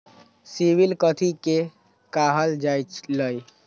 CIBIL कथि के काहल जा लई?